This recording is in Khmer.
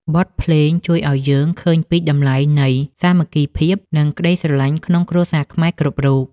បទភ្លេងជួយឱ្យយើងឃើញពីតម្លៃនៃសាមគ្គីភាព និងក្ដីស្រឡាញ់ក្នុងគ្រួសារខ្មែរគ្រប់រូប។